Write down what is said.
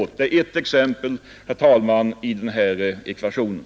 Detta är ett exempel, herr talman, i denna ekvation.